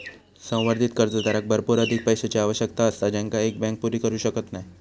संवर्धित कर्जदाराक भरपूर अधिक पैशाची आवश्यकता असता जेंका एक बँक पुरी करू शकत नाय